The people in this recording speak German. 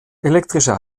elektrische